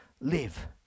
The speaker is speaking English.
live